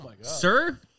sir